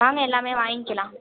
வாங்க எல்லாமே வாய்ங்கிக்கலாம்